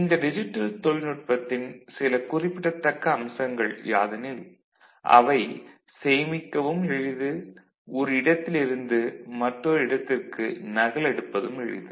இந்த டிஜிட்டல் தொழில்நுட்பத்தின் சில குறிப்பிடத்தக்க அம்சங்கள் யாதெனில் அவை சேமிக்கவும் எளிது ஒரு இடத்திலிருந்து மற்றொரு இடத்திற்கு நகலெடுப்பதும் எளிது